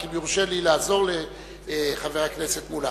רק אם יורשה לי לעזור לחבר הכנסת מולה.